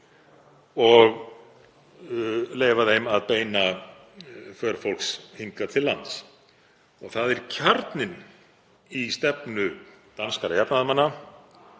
og leyfa þeim að beina för fólks hingað til lands. Það er kjarninn í stefnu danskra jafnaðarmanna.